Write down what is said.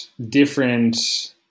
different